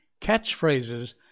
catchphrases